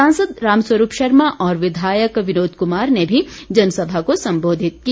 सांसद रामस्वरूप शर्मा और विधायक विनोद कुमार ने भी जनसभा को संबोधित किया